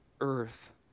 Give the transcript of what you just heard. earth